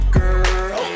girl